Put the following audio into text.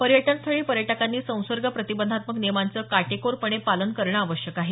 पर्यटनस्थळी पर्यटकांनी संसर्ग प्रतिबंधात्मक नियमांचं काटेकोरपणे पालन करणं आवश्यक आहे